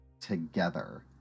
together